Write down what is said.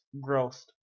gross